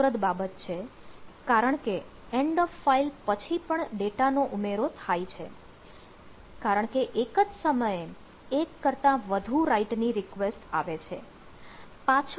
આ રસપ્રદ બાબત છે કારણ કે એન્ડ ઓફ ફાઈલ એટલે કે ફાઈલ ના અંત પછી પણ ડેટા નો ઉમેરો થાય છે કારણ કે એક જ સમયે એક કરતાં વધુ રાઈટ ની રિક્વેસ્ટ આવે છે